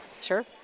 Sure